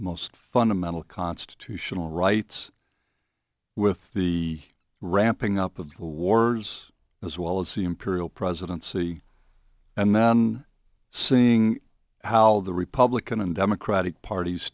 most fundamental constitutional rights with the ramping up of the wars as well as the imperial presidency and then seeing how the republican and democratic parties